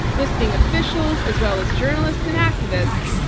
listing officials as well as journalists and activists,